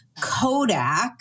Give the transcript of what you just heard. Kodak